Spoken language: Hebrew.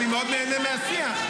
אני מאוד נהנה מהשיח,